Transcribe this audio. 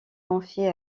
confiée